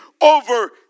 over